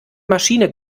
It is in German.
maschine